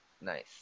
Nice